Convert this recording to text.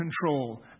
control